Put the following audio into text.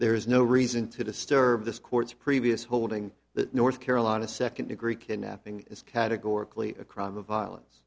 there is no reason to disturb this court's previous holding the north carolina second degree kidnapping is categorically a crime of violence